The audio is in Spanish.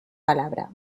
palabra